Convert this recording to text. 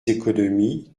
économies